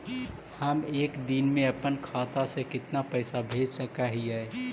हम एक दिन में अपन खाता से कितना पैसा भेज सक हिय?